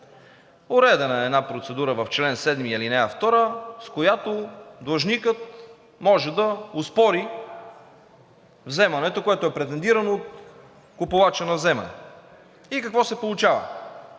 Уредена е една процедура в чл. 7, ал. 2, с която длъжникът може да оспори вземането, което е претендирано от купувача на вземане. Какво се получава?